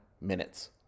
minutes